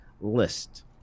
list